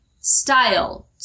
style